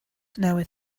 newydd